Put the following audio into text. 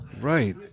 right